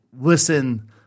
listen